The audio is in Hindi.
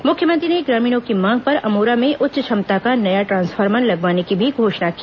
मुख्यमंत्री ने ग्रामीणों की मांग पर अमोरा में उच्च क्षमता का नया ट्रांसफार्मर लगवाने की भी घोषणा की